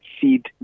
seed